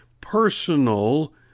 personal